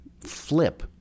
flip